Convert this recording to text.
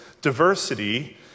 diversity